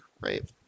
right